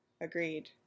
Agreed